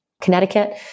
Connecticut